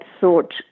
thought